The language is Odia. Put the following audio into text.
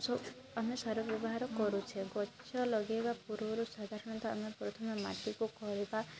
ଆମେ ସାର ବ୍ୟବହାର କରୁଛେ ଗଛ ଲଗେଇବା ପୂର୍ବରୁ ସାଧାରଣତଃ ଆମେ ପ୍ରଥମେ ମାଟିକୁ ଖୋଳିବା